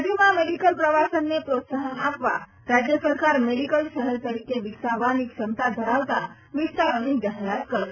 રાજ્યમાં મેડિકલ પ્રવાસનને પ્રોત્સાહન આપવા રાજ્ય સરકાર મેડિકલ શહેર તરીકે વિકસાવવાની ક્ષમતા ધરાવતા વિસ્તારોની જાહેરાત કરશે